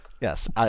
Yes